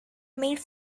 made